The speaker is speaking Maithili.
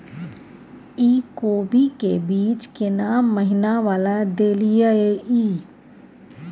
इ कोबी के बीज केना महीना वाला देलियैई?